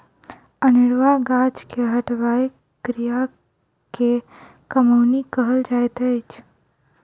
अनेरुआ गाछ के हटयबाक क्रिया के कमौनी कहल जाइत अछि